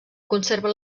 conserva